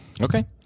Okay